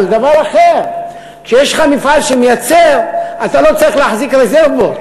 אבל דבר אחר: כשיש לך מפעל שמייצר אתה לא צריך להחזיק רזרבות,